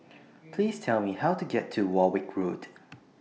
Please Tell Me How to get to Warwick Road